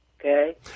Okay